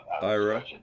Ira